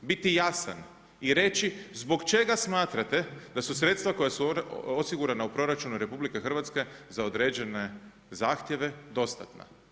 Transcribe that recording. biti jasna i reći zbog čega smatrate da su sredstva koja su osigurana u proračunu RH za određene zahtjeve dostatna.